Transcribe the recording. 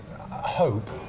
hope